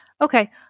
Okay